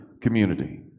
community